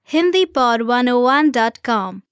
HindiPod101.com